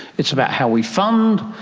it's about how we fund,